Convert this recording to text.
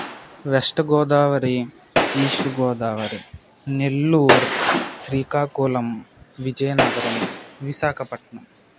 west Godavari east Godavari Nellore Srikakulam Vizianagaram Visakhapatnam